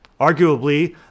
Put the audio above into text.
arguably